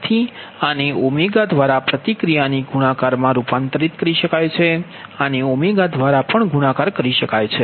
તેથી આને ઓમેગા દ્વારા પ્રતિક્રિયા ની ગુણાકારમાં રૂપાંતરિત કરી શકાય છે આને ઓમેગા દ્વારા પણ ગુણાકાર કરી શકાય છે